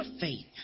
faith